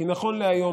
כי נכון להיום,